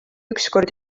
ükskord